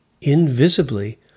invisibly